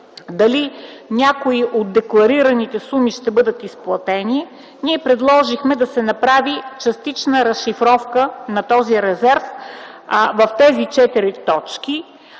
дали някои от дебатираните суми ще бъдат изплатени, ние предложихме да се направи частична разшифровка на този резерв в тези четири точки,